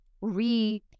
re-